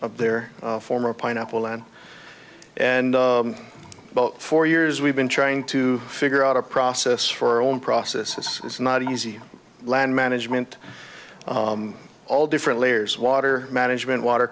of their former pineapple and and about four years we've been trying to figure out a process for our own processes it's not easy land management all different layers water management water